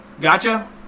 Gotcha